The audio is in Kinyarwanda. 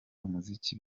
umuziki